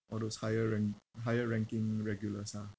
all those higher rank~ higher ranking regulars ah